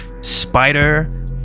spider